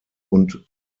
und